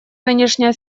нынешняя